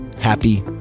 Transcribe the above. happy